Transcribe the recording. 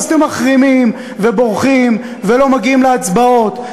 אתם מחרימים ובורחים ולא מגיעים להצבעות,